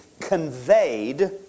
conveyed